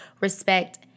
respect